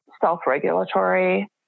self-regulatory